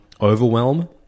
Overwhelm